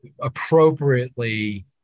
appropriately